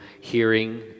hearing